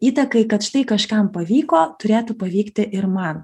įtakai kad štai kažkam pavyko turėtų pavykti ir man